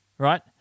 Right